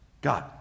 God